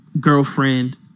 girlfriend